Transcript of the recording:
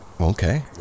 Okay